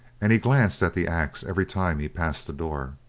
and he glanced at the axe every time he passed the door.